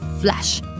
flash